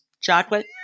chocolate